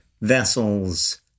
vessels